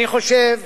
אני חושב